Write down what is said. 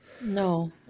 No